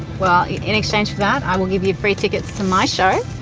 well in exchange for that, i will give you free tickets to my show,